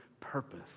purpose